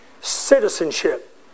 citizenship